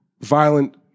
violent